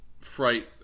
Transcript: fright